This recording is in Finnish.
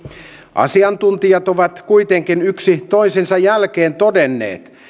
asiantuntijat ovat kuitenkin yksi toisensa jälkeen todenneet